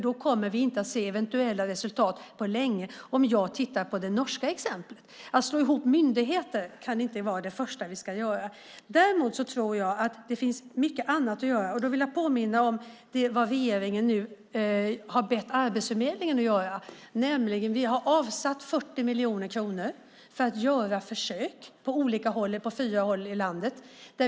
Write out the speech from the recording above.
Då kommer vi inte att se eventuella resultat på länge om jag tittar på det norska exemplet. Att slå ihop myndigheter kan inte vara det första vi ska göra. Däremot tror jag att det finns mycket annat att göra. Jag vill påminna om vad regeringen nu har bett Arbetsförmedlingen att göra. Vi har avsatt 40 miljoner kronor för att göra försök på fyra håll i landet.